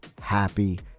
happy